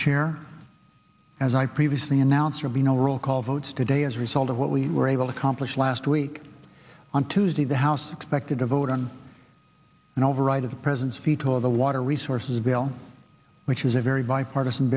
chair as i previously announced or be no roll call votes today as a result of what we were able to accomplish last week on tuesday the house expected to vote on an override of the president's feet over the water resources bill which was a very bipartisan